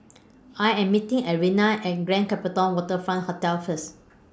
I Am meeting Arnetta At Grand Copthorne Waterfront Hotel First